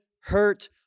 hurt